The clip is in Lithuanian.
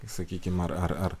sakykim ar ar